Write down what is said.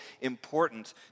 important